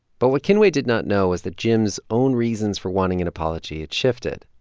but what kinue did not know is that jim's own reasons for wanting an apology had shifted.